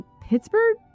Pittsburgh